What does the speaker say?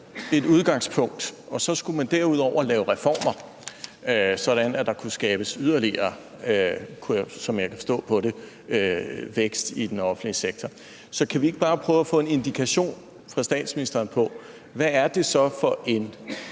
et udgangspunkt. Så skulle man derudover lave reformer, så der kunne skabes yderligere vækst i den offentlige sektor, som jeg kan forstå det. Kan vi prøve at få en indikation fra statsministeren på, hvilken vækst man